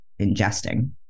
ingesting